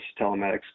telematics